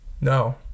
No